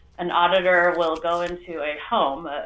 an auditor will go into a home.